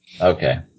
Okay